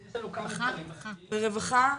לרווחה?